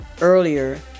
earlier